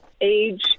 age